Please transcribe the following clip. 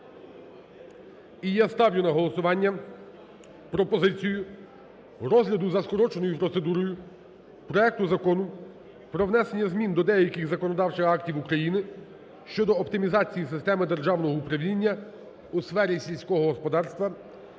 І я ставлю на голосування пропозицію розгляду за скороченою процедурою проекту Закону про внесення змін до деяких законодавчих актів України щодо оптимізації системи державного управління у сфері сільського господарства